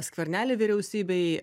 skvernelį vyriausybei